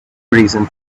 reason